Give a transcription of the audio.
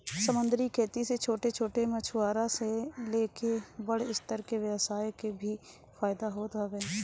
समंदरी खेती से छोट छोट मछुआरा से लेके बड़ स्तर के व्यवसाय के भी फायदा होत हवे